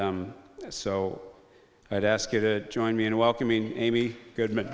and so i'd ask you to join me in welcoming amy goodman